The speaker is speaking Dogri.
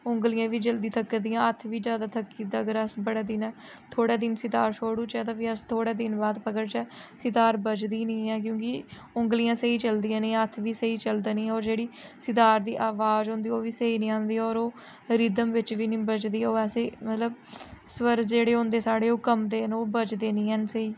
उंगलियें बी जल्दी थकदियां हत्थ बी ज्यादा थक्की जंदा अगर अस बड़े दिनें थोह्ड़ा दिन सितार छोड़ी उड़चै तां फ्ही अस थोह्ड़ा दिन बाद पकड़चै सितार बजदी नी ऐ क्योंकि उंगलियां स्हेई चलदियां नी हत्थ बी स्हेई चलदे नी होर जेह्ड़ी सितार दी आवाज़ होंदी ओह् बी स्हेई नी आंदी होर ओह् रिदम बिच्च बी नी बजदी ओह् वैसे मतलब स्वर जेह्ड़े होंदे साढ़े ओह् कम्बदे न ओह् बजदे नी ऐ न स्हेई